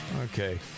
okay